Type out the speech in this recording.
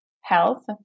health